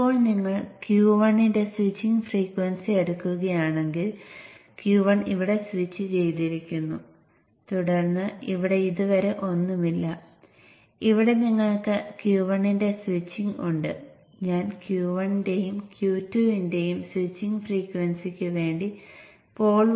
full bridge configuration ഈ കപ്പാസിറ്ററുകൾ 2 സ്വിച്ചുകൾ ഉപയോഗിച്ച് മാറ്റിസ്ഥാപിക്കുന്നു എന്നതാണ്